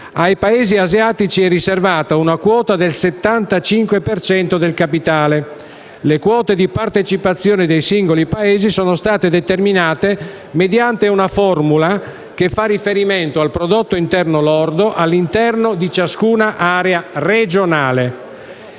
Ai Paesi asiatici è riservata una quota del 75 per cento del capitale. Le quote di partecipazione dei singoli Paesi sono state determinate mediante una formula che fa riferimento al Prodotto interno lordo, all'interno di ciascuna area regionale.